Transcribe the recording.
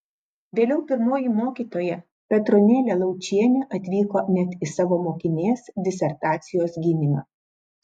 vėliau pirmoji mokytoja petronėlė laučienė atvyko net į savo mokinės disertacijos gynimą